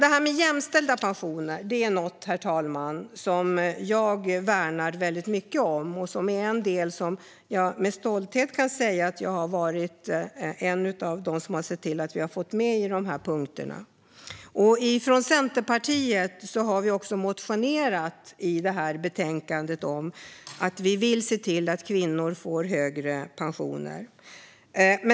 Det här med jämställda pensioner är något som jag värnar om och något som jag med stolthet kan säga att jag har varit med och sett till att vi har fått med i de här punkterna. Från Centerpartiet har vi motionerat i det här betänkandet om att vi vill se till att kvinnor får högre pensioner.